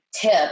tip